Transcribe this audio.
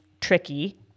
tricky